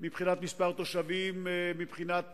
מבחינת מספר תושבים, מבחינת